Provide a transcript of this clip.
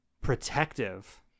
protective